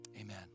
amen